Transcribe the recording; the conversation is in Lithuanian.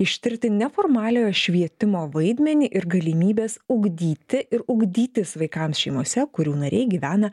ištirti neformaliojo švietimo vaidmenį ir galimybes ugdyti ir ugdytis vaikams šeimose kurių nariai gyvena